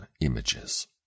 images